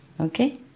Okay